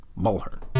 mulhern